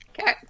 Okay